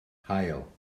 haul